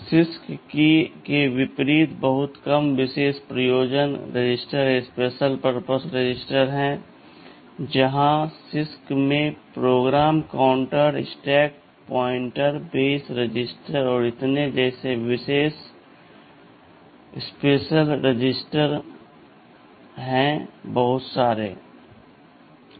CISC के विपरीत बहुत कम विशेष प्रयोजन रजिस्टर हैं जहां CISC में program counter stack pointer base रजिस्टरों और इतने जैसे विशेष प्रयोजन रजिस्टर बहुत सारे हैं